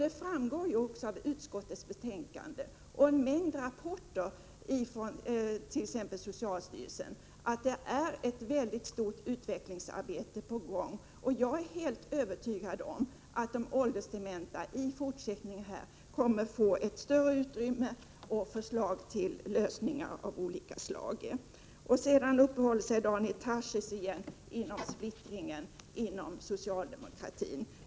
Det framgår, Daniel Tarschys, av utskottets betänkande och en mängd rapporter, t.ex. från socialstyrelsen, att ett väldigt stort utvecklingsarbete är på gång. Jag är helt övertygad om att de åldersdementa i fortsättningen kommer att få ett större utrymme och att förslag till lösningar av olika slag kommer att presenteras. Sedan uppehåller sig Daniel Tarschys på nytt vid splittringen inom socialdemokratin.